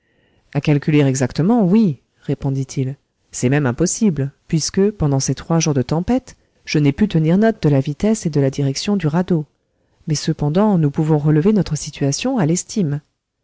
a calculer exactement oui répondit-il c'est même impossible puisque pendant ces trois jours de tempête je n'ai pu tenir note de la vitesse et de la direction du radeau mais cependant nous pouvons relever notre situation à l'estime